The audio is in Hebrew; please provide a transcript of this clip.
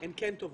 הן כן טובות.